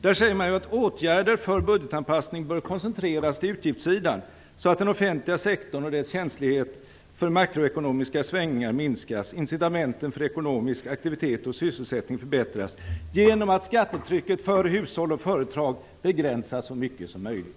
De säger att åtgärder för budgetanpassning bör koncentreras till utgiftssidan, så att den offentliga sektorn och dess känslighet för makroekonomiska svängningar minskas och incitamenten för ekonomisk aktivitet och sysselsättning förbättras genom att skattetrycket för hushåll och företag begränsas så mycket som möjligt.